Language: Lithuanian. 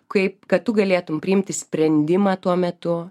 kaip kad tu galėtum priimti sprendimą tuo metu